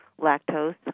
lactose